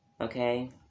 okay